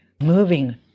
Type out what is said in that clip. moving